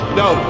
no